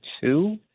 two